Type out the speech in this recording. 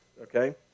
Okay